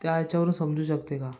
त्या याच्यावरून समजू शकते का